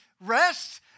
rest